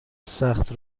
سخت